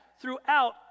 throughout